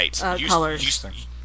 colors